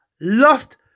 lost